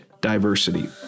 diversity